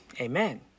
amen